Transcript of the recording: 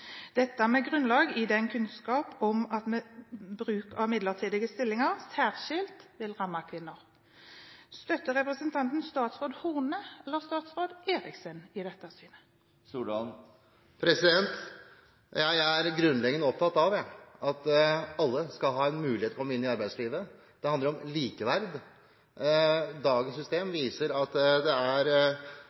dette med grunnlag i kunnskapen om at bruk av midlertidige stillinger særskilt vil ramme kvinner. Støtter representanten statsråd Horne eller statsråd Eriksson i dette synet? Jeg er grunnleggende opptatt av at alle skal ha en mulighet til å komme inn i arbeidslivet. Det handler om likeverd. Dagens system viser at når det er